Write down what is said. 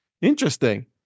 Interesting